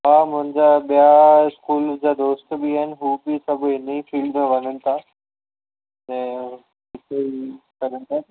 हा मुंहिंजा ॿिया स्कूल जा दोस्त बि आहिनि हू बि सभु इन ई फ़ील्ड में वञनि था ऐं हिते ई कनि था